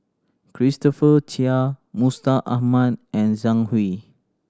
Christopher Chia Mustaq Ahmad and Zhang Hui